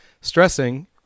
stressing